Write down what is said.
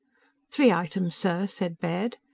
three items, sir, said baird.